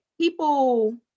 people